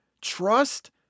Trust